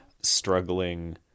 struggling